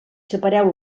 separeu